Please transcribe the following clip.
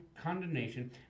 condemnation